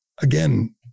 again